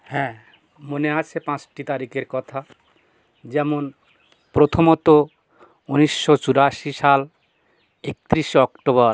হ্যাঁ মনে আছে পাঁচটি তারিখের কথা যেমন প্রথমত উনিশশো চুরাশি সাল একত্রিশে অক্টোবর